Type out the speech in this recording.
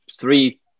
three